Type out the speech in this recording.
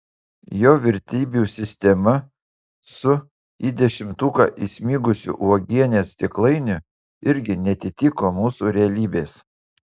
jo vertybių sistema su į dešimtuką įsmigusiu uogienės stiklainiu irgi neatitiko mūsų realybės